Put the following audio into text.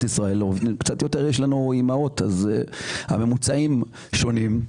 ישראל ויש לנו קצת יותר אימהות ולכן הממוצעים שונים.